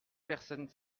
personne